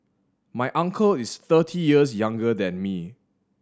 my uncle is thirty years younger than me